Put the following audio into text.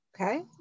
Okay